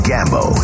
Gambo